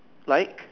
like